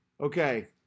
Okay